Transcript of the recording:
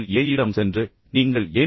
ஏ வுக்குச் சென்று நீங்கள் ஏன் திரு